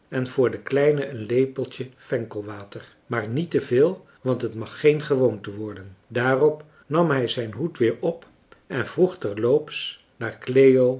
en voor den kleine een marcellus emants een drietal novellen lepeltje fenkelwater maar niet te veel want het mag geen gewoonte worden daarop nam hij zijn hoed weer op en vroeg ter loops naar cleo